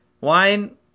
Wine